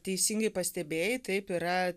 teisingai pastebėjai taip yra